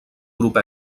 grup